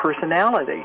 personality